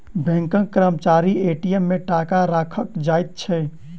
बैंकक कर्मचारी ए.टी.एम मे टाका राइख जाइत छै